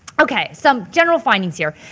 okay, some general findings here.